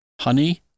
Honey